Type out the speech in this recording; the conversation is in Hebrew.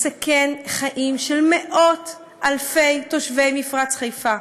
מסכן חיים של מאות-אלפי תושבי מפרץ חיפה.